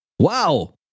Wow